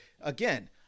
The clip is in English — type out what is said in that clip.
Again